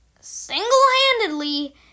single-handedly